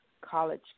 college